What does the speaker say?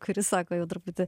kuris sako jau truputį